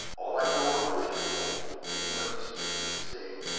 all i know or wish to know and you must excuse me for saying,